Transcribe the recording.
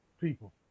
people